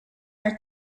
are